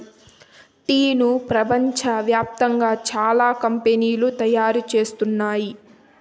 టీను ప్రపంచ వ్యాప్తంగా చానా కంపెనీలు తయారు చేస్తున్నాయి